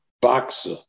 boxer